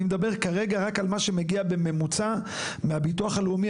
אני מדבר כרגע רק על מה שמגיע בממוצע מהביטוח הלאומי.